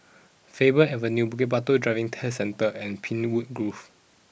Faber Avenue Bukit Batok Driving Test Centre and Pinewood Grove